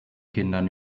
kindern